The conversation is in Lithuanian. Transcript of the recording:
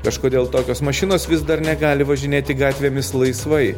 kažkodėl tokios mašinos vis dar negali važinėti gatvėmis laisvai